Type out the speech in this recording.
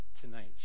tonight